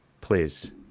please